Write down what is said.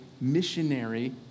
missionary